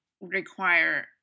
require